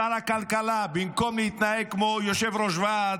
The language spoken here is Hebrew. שר הכלכלה, במקום להתנגד כמו יושב-ראש ועד,